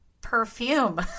perfume